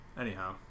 Anyhow